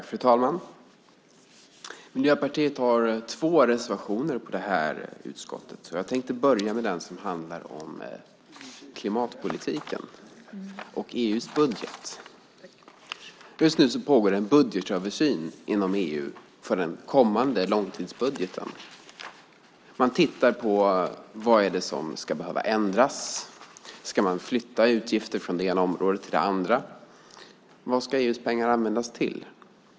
Fru talman! Miljöpartiet har två reservationer i det här betänkandet. Jag tänkte börja med den som handlar om klimatpolitiken och EU:s budget. Just nu pågår en budgetöversyn inom EU för den kommande långtidsbudgeten. Man tittar på vad det är som ska behöva ändras. Ska man flytta utgifter från det ena området till det andra? Vad ska EU:s pengar användas till?